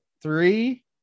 Three